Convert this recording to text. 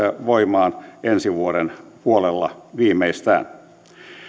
voimaan ensi vuoden puolella viimeistään